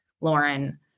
Lauren